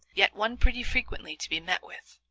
yet one pretty frequently to be met with,